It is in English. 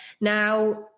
Now